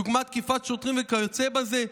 דוגמת תקיפת שוטרים וכיוצא בזה,